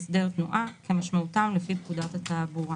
"הסדר תנועה" כמשמעותם לפי פקודת התעבורה."